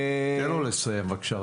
תן לו לסיים בבקשה.